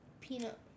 peanut